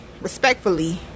respectfully